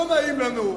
לא נעים לנו,